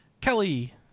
Kelly